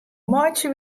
meitsje